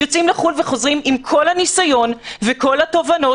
יוצאים לחו"ל וחוזרים עם כל הניסיון וכל התובנות